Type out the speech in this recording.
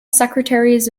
secretaries